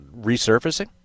resurfacing